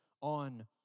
on